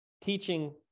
teaching